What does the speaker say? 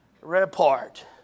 report